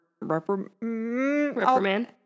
reprimand